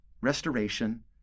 restoration